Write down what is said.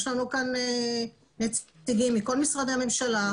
יש לנו כאן נציגים מכל משרדי הממשלה,